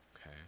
Okay